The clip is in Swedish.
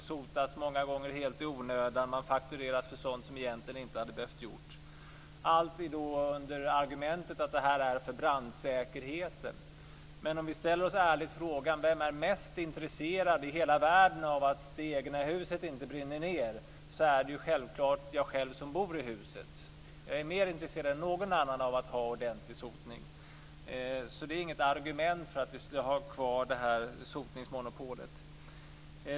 Många gånger sotas det helt i onödan, och man faktureras för sådant som egentligen inte hade behövt göras. Allt detta görs med argumentet att det gäller brandsäkerheten. Men om vi ställer oss frågan vem i hela världen som är mest intresserad av att det egna huset inte brinner ned, så är det självfallet jag själv, som bor i huset. Jag är mer intresserad än någon annan av att ha ordentlig sotning. Detta är alltså inget argument för att ha kvar sotningsmonopolet.